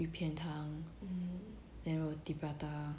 鱼片汤 then roti prata